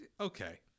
Okay